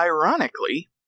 Ironically